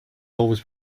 always